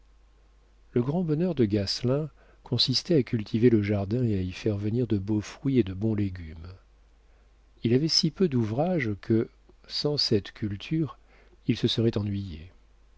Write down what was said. le grand bonheur de gasselin consistait à cultiver le jardin et à y faire venir de beaux fruits et de bons légumes il avait si peu d'ouvrage que sans cette culture il se serait ennuyé